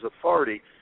authority